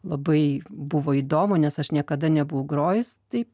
labai buvo įdomu nes aš niekada nebu grojus tai